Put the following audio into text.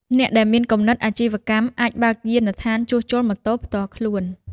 អ្នកដែលមានគំនិតអាជីវកម្មអាចបើកយានដ្ឋានជួសជុលម៉ូតូផ្ទាល់ខ្លួន។